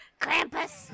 Krampus